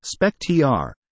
SPECTR